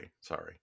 sorry